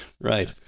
Right